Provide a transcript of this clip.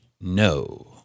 No